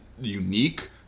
unique